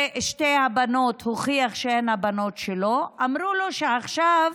ושתי הבנות, הוכיח שהן הבנות שלו, אמרו לו שעכשיו